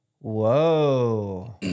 Whoa